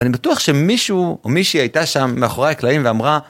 אני בטוח שמישהו או מישהי הייתה שם מאחורי הקלעים ואמרה.